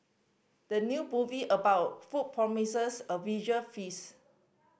the new movie about food promises a visual feast